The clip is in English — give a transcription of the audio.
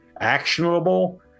actionable